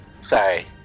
Sorry